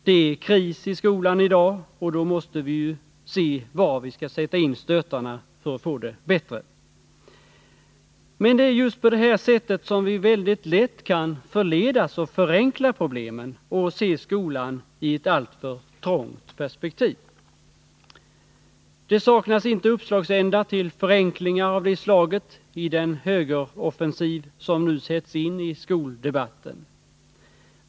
Det är kris i skolan i dag, och då måste vi ju se var vi skall sätta in stötarna för att få det bättre. Men det är just på det här sättet som vi väldigt lätt kan förledas att förenkla problemen och se skolan i ett alltför trångt perspektiv. Det saknas inte uppslagsändar till förenklingar av det slaget i den högeroffensiv som nu sätts in i skoldebatten.